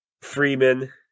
Freeman